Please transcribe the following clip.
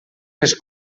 les